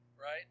right